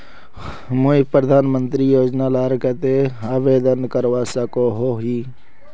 मुई प्रधानमंत्री योजना लार केते आवेदन करवा सकोहो ही?